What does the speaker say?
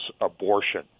abortion